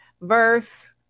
verse